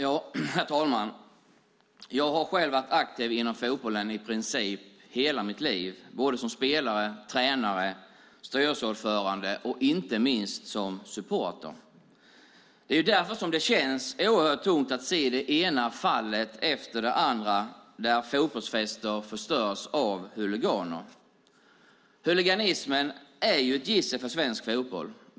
Herr talman! Jag har själv varit aktiv inom fotbollen i princip hela mitt liv som spelare, tränare, styrelseordförande och inte minst som supporter. Det är därför som det känns oerhört tungt att se det ena fallet efter det andra där fotbollsfester förstörs av huliganer. Huliganismen är ett gissel för svensk fotboll.